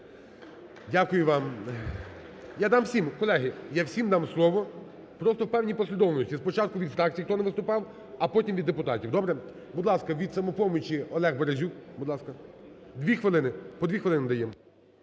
Дякую вам. Я дам всім, колеги. Я всім дам слово, просто у певній послідовності: спочатку – від фракцій, хто не виступав, а потім – від депутатів. Добре? Будь ласка, від "Самопомочі" Олег Березюк. Будь ласка. 2 хвилини, по 2 хвилини даємо.